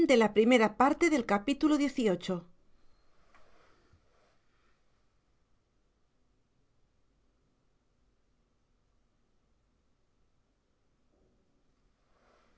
la primera parte la